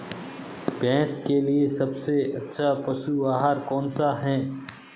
भैंस के लिए सबसे अच्छा पशु आहार कौनसा है?